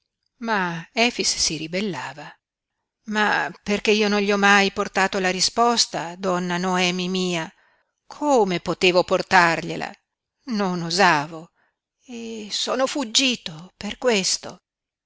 ma efix si ribellava ma perché io non gli ho mai portato la risposta donna noemi mia come potevo portargliela non osavo e sono fuggito per questo